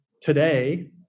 today